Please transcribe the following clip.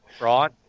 right